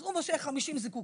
אז הוא מושך 50 זיקוקין.